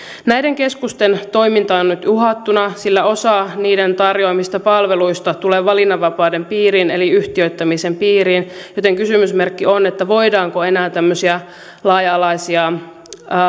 näiden keskusten toiminta on nyt uhattuna sillä osa niiden tarjoamista palveluista tulee valinnanvapauden piiriin eli yhtiöittämisen piiriin joten kysymysmerkki on voidaanko enää tämmöisiä laaja alaisia